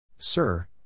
Sir